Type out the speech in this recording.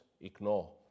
ignore